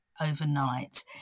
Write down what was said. overnight